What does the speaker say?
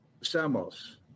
Samos